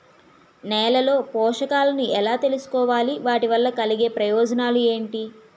నేలలో పోషకాలను ఎలా తెలుసుకోవాలి? వాటి వల్ల కలిగే ప్రయోజనాలు ఏంటి?